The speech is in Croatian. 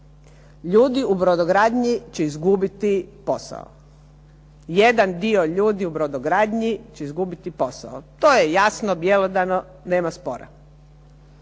Ljudi u brodogradnji će izgubiti posao. Jedan dio ljudi u brodogradnji će izgubiti posao. To je jasno, …/Govornik se